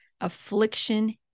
affliction